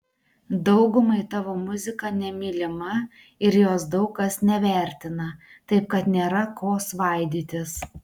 daugumai tavo muzika nemylima ir jos daug kas nevertina taip kad nėra ko svaidytis